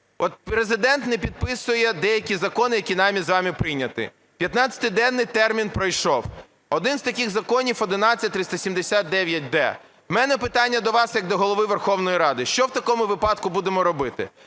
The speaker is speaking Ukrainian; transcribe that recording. От Президент не підписує деякі закони, які нами з вами прийняті. П'ятнадцятиденний термін пройшов. Один з таких законів 11379-д. У мене питання до вас як до Голови Верховної Ради, що в такому випадку будемо робити.